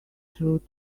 through